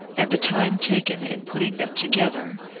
and the time taken in putting them together,